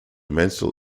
mental